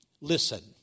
Listen